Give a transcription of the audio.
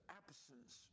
absence